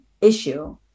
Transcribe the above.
issue